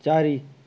ଚାରି